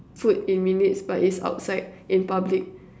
food in minutes but it's outside in public